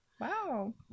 wow